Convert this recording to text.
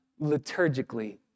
liturgically